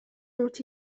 dont